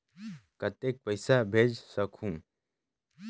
कतेक पइसा भेज सकहुं?